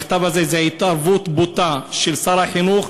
המכתב הזה הוא התערבות בוטה של שר החינוך